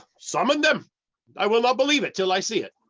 summon them i will not believe it till i see it.